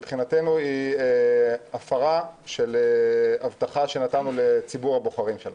מבחינתנו היא הפרה של הבטחה שנתנו לציבור הבוחרים שלנו.